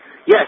Yes